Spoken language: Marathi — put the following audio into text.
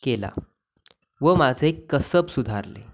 केला व माझे कसब सुधारले